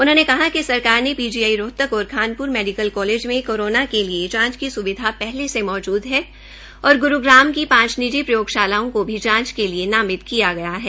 उन्होंने कहा कि सरकार ने पीजीआई रोहतक और खानप्र मैडिकल कालेज मे कोरोना के लिए जांच की सुविधा पहले से मौजूद है और ग्रूग्राम की पांच निजी प्रयोगशालाओं की जांच की नामित किया गया है